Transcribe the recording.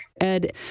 Ed